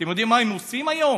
אתם יודעים מה הם עושים היום?